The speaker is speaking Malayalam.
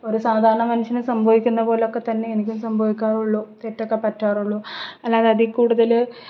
ഒരു സാധാരണ മനുഷ്യന് സംഭവിക്കുന്നത് പോലയൊക്കെത്തന്നെ എനിക്കും സംഭവിക്കാറുള്ളു തെറ്റൊക്ക പറ്റാറുള്ളു അല്ലാതെ അതിൽ കൂടുതൽ